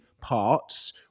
parts